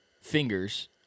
fingers